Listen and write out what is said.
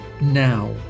now